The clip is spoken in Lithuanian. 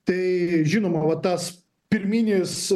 tai žinoma va tas pirminis